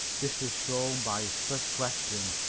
this was shown by his first question